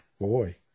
boy